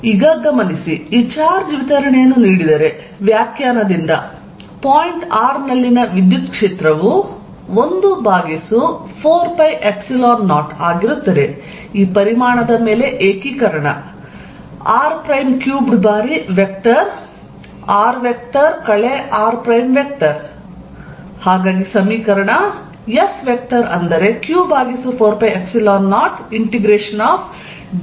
ಆದ್ದರಿಂದ ಗಮನಿಸಿ ಈ ಚಾರ್ಜ್ ವಿತರಣೆಯನ್ನು ನೀಡಿದರೆ ವ್ಯಾಖ್ಯಾನದಿಂದ ಪಾಯಿಂಟ್ r ನಲ್ಲಿನ ವಿದ್ಯುತ್ ಕ್ಷೇತ್ರವು 1 ಭಾಗಿಸು 4 ಪೈ ಎಪ್ಸಿಲಾನ್ 0 ಆಗಿರುತ್ತದೆ ಈ ಪರಿಮಾಣದ ಮೇಲೆ ಏಕೀಕರಣ r ಪ್ರೈಮ್ ಕ್ಯೂಬ್ಡ್ ಬಾರಿ ವೆಕ್ಟರ್ r r